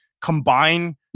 Combine